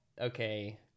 okay